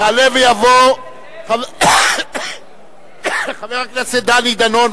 יעלה ויבוא חבר הכנסת דני דנון.